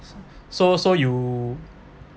so so you